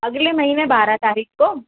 अगले महीने बारह तारीख़ को